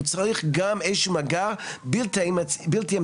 הוא צריך גם איזה שהוא מגע בלתי אמצעי